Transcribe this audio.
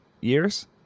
years